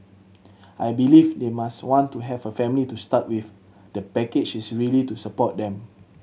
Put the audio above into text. I believe they must want to have a family to start with the package is really to support them